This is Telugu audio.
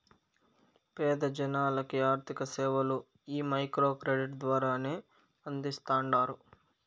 పేద జనాలకి ఆర్థిక సేవలు ఈ మైక్రో క్రెడిట్ ద్వారానే అందిస్తాండారు